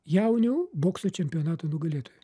jaunių bokso čempionato nugalėtoja